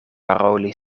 paroli